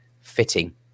fitting